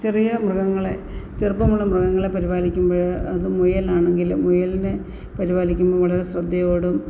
ചെറിയ മൃഗങ്ങളേ ചെറുപ്പമുള്ള മൃഗങ്ങളേ പരിപാലിക്കുമ്പഴ് അത് മുയലാണെങ്കില് മുയലിനെ പരിപാലിക്കുമ്പോൾ ശ്രദ്ധയോടും